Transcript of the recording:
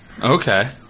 Okay